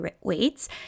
weights